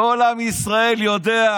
כל עם ישראל יודע,